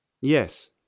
Yes